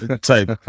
type